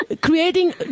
creating